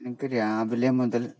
എനിക്ക് രാവിലെ മുതൽ